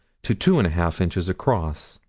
to two and a half inches across.